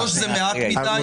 שלוש דקות זה מעט מדי.